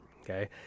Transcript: Okay